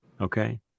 Okay